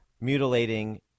mutilating